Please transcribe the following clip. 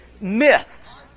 Myths